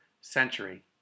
century